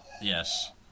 Yes